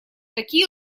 такие